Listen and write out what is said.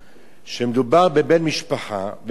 כשמדובר בבן משפחה, ולפעמים